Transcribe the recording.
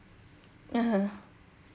(uh huh)